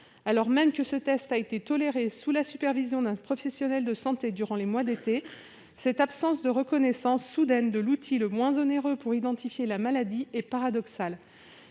Alors même que ce test a été toléré, sous la supervision d'un professionnel de santé, durant les mois d'été, cette absence de reconnaissance soudaine de l'outil le moins onéreux pour identifier la maladie est paradoxale.